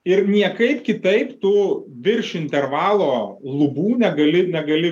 ir niekaip kitaip tų virš intervalo lubų negali negali